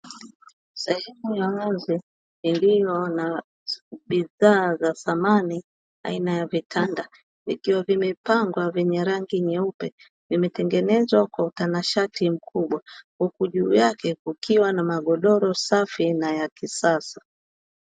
Sehemu ya wazi iliyo na bidhaa za samani aina ya vitanda vikiwa vimepangwa, vyenye rangi nyeupe. Vimetengenezwa kwa utanashati mkubwa huku juu yake kukiwa na magodoro safi na yakisasa.